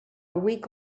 week